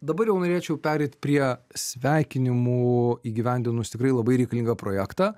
dabar jau norėčiau pereit prie sveikinimų įgyvendinus tikrai labai reikalingą projektą